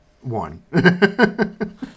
one